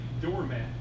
doormat